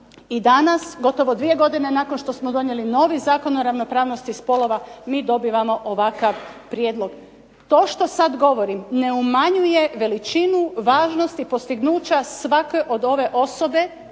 i danas gotovo 2 godine nakon što smo donijeli novi Zakon o ravnopravnosti spolova mi dobivamo ovakav prijedlog. To što sad govorim ne umanjuje veličinu važnosti postignuća svake od ove osobe